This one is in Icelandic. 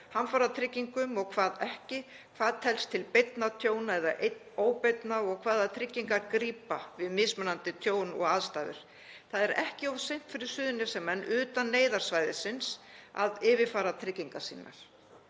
hamfaratryggingum og hvað ekki, hvað telst til beinna tjóna eða óbeinna og hvaða tryggingar grípa við mismunandi tjón og aðstæður. Það er ekki of seint fyrir Suðurnesjamenn utan neyðarsvæðisins að yfirfara tryggingar sínar.